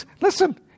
listen